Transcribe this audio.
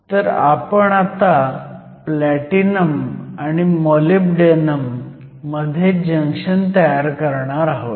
तर आपण आता प्लॅटिनम आणि मॉलिब्डेनम मध्ये जंक्शन तयार करणार आहोत